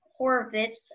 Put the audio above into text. Horvitz